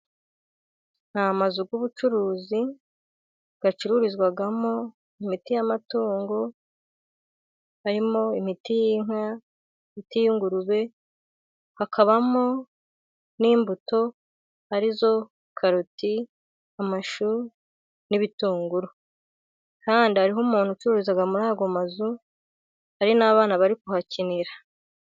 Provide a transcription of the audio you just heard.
Ni amazu y'ubucuruzi acururizwamo imiti y'amatungo harimo, imiti y'inka, imiti y'ingurube, hakabamo n'imbuto ari zo karoti, amashu n'ibitunguru. Kandi hariho umuntu ucuruza muri ayo mazu, hari n'abana bari kuhakinira.